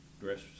dress